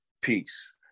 peace